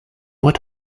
what